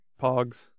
Pogs